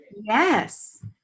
Yes